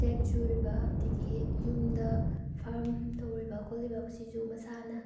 check ꯁꯨꯔꯤꯕ ꯑꯗꯒꯤ ꯌꯨꯝꯗ ꯐꯥꯔꯝ ꯇꯧꯔꯤꯕ ꯈꯣꯠꯂꯤꯕ ꯁꯤꯁꯨ ꯃꯁꯥꯅ